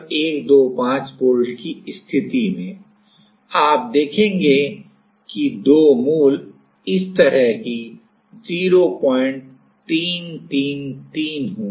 1125 volt की स्थिति में आप देखेंगे कि दो मूल इस की तरह 0333 होंगी